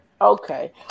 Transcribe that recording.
Okay